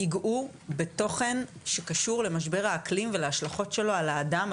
יגעו בתוכן שקשור למשבר האקלים ולהשלכות שלו על האדם,